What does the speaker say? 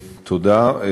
תודה.